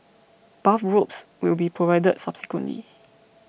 bathrobes will be provided subsequently